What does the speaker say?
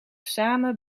samen